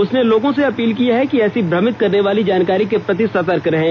उसने लोगों से अपील की है कि ऐसी भ्रमित करने वाली जानकारी के प्रति सतर्क रहें